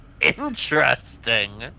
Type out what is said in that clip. Interesting